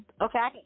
Okay